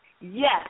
yes